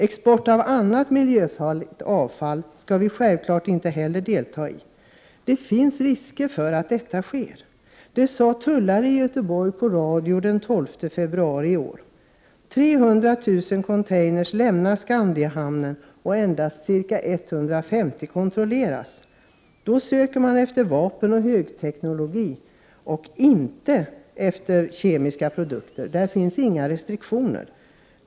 Export av annat miljöfarligt avfall skall vi självfallet inte heller delta i. Det finns risker för att detta sker — det sade tullare i Göteborg i radio den 12 februari 1989. 300 000 containrar lämnar Skandiahamnen, och endast ca 150 kontrolleras. Då söker man efter vapen och högteknologi, inte efter kemiska produkter. Där finns inga restriktioner.